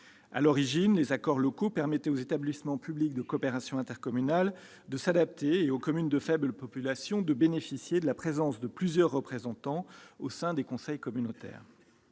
À l'origine, les accords locaux permettaient aux établissements publics de coopération intercommunale de s'adapter et aux communes de faible population de bénéficier de la présence de plusieurs représentants au sein des conseils communautaires.